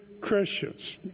christians